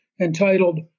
entitled